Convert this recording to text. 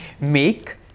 make